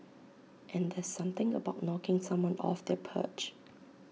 and there's something about knocking someone off their perch